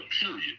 period